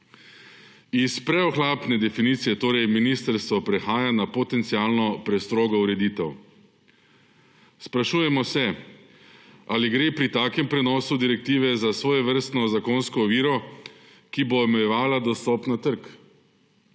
Iz preohlapne definicije torej ministrstvo prehaja na potencialno prestrogo ureditev. Sprašujemo se, ali gre pri takem prenosu direktive za svojevrstno zakonsko oviro, ki bo omejevala dostop na trg.